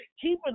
keeping